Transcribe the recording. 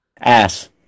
Ass